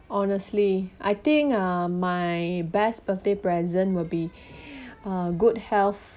honestly I think uh my best birthday present will be uh good health